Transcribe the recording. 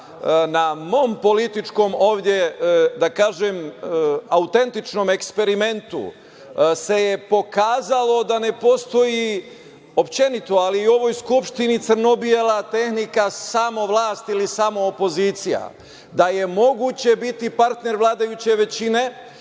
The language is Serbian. na mom političkom autentičnom eksperimentu pokazalo da ne postoji općenito, ali i u ovoj Skupštini crno-bela tehnika - samo vlast ili samo opozicija, da je moguće biti partner vladajuće većine,